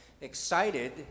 excited